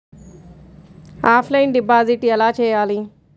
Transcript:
Offline deposit ఎలా చేయాలి?